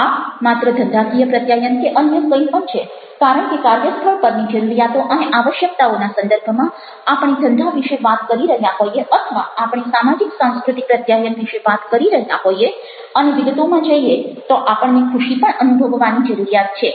આ માત્ર ધંધાકીય પ્રત્યાયન કે અન્ય કંઈ પણ છે કારણ કે કાર્યસ્થ્ળ પરની જરૂરિયાતો અને આવશ્યકતાઓના સંદર્ભમાં આપણે ધંધા વિશે વાત કરી રહ્યા હોઈએ અથવા આપણે સામાજિક સાંસ્કૃતિક પ્રત્યાયન વિશે વાત કરી રહ્યા હોઈએ અને વિગતોમાં જઈએ તો આપણને ખુશી પણ અનુભવવાની જરૂરિયાત છે